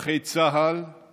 היא